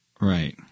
Right